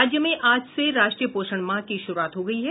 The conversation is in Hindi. राज्य में आज से राष्ट्रीय पोषण माह की शुरूआत हो गयी है